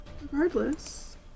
Regardless